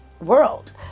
world